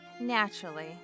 Naturally